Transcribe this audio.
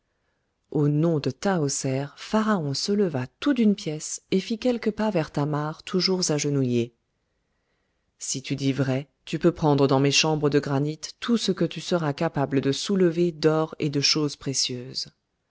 au nom de tahoser pharaon se leva tout d'une pièce et fit quelques pas vers thamar toujours agenouillée si tu dis vrai tu peux prendre dans mes chambres de granit tout ce que tu seras capable de soulever d'or et de choses précieuses